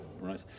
Right